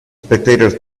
spectator